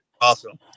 Awesome